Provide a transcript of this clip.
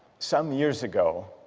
some years ago